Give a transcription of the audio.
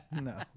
No